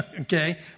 Okay